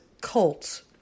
cults